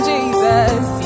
Jesus